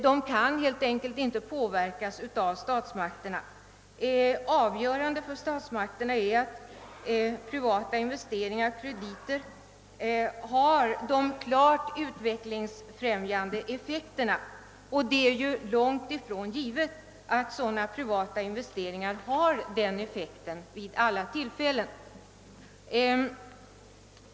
De kan helt enkelt inte påverkas av statsmakterna. Avgörande för statsmakterna är om de privata investeringarna och krediterna har klart utvecklingsfrämjande effekt, och det är långtifrån givet att privata investeringar har en sådan effekt vid alla tillfällen.